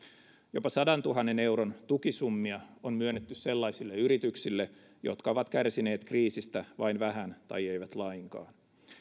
jopa sadantuhannen euron tukisummia on myönnetty sellaisille yrityksille jotka ovat kärsineet kriisistä vain vähän tai eivät lainkaan